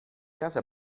case